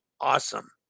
awesome